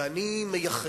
ואני מייחל,